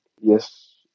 yes